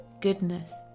goodness